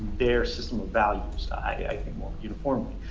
their system of values, i think more uniformly.